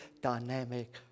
dynamic